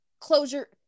closure